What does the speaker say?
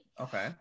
Okay